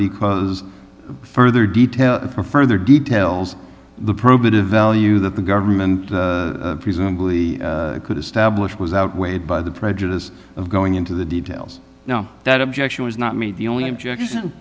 because further details for further details the probative value that the government presumably could establish was outweighed by the prejudice of going into the details now that objection was not me the only objection